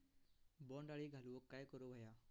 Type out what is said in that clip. बोंड अळी घालवूक काय करू व्हया?